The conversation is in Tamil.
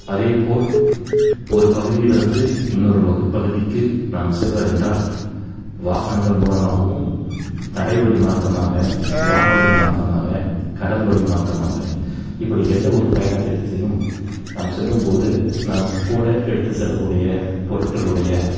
அதேப்போல் ஒரு பகுதியிலிருந்து இன்னொரு மகு பகுதிக்கு நாம் செல்வதென்றால் வாகனங்கள் மூலமாகவும் தரைவழி மார்க்கமாக வான்வழி மார்க்கமாக கடல்வழி மார்க்கமாக இப்படி எந்த ஒரு பயணத்திட்டத்திலும் நாம் செல்லும்போது நாம் கூட எடுத்து செல்லக்கூடிய பொருட்களுடைய